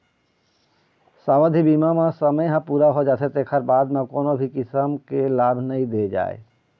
सावधि बीमा म समे ह पूरा हो जाथे तेखर बाद म कोनो भी किसम के लाभ नइ दे जाए